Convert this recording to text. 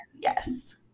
Yes